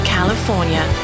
California